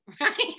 right